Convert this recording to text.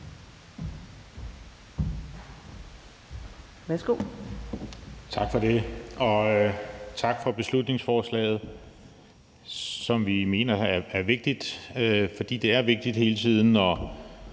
Tak for det, og tak for beslutningsforslaget, som vi mener er vigtigt, fordi det er vigtigt hele tiden at